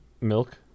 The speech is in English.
Milk